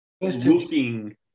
looking